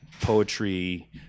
Poetry